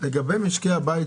לגבי משק בית,